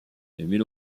émile